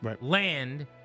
land